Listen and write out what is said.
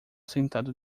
sentado